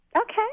okay